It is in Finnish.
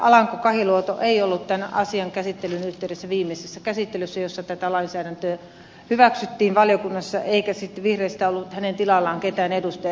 alanko kahiluoto ei ollut tämän asian käsittelyn yhteydessä viimeisessä käsittelyssä jossa tätä lainsäädäntöä hyväksyttiin valiokunnassa eikä vihreistä ollut hänen tilallaan ketään edustajaa